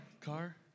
Car